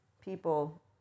people